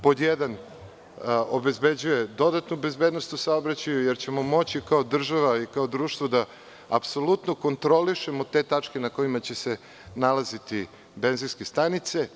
Pod jedan, obezbeđuje dodatnu bezbednost u saobraćaju, jer ćemo moći kao država i kao društvo da apsolutno kontrolišemo te tačke na kojima će se nalaziti benzinske stanice.